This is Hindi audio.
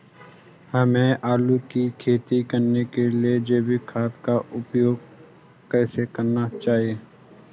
हमें आलू की खेती करने के लिए जैविक खाद का उपयोग कैसे करना चाहिए?